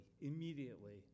immediately